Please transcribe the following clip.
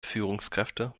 führungskräfte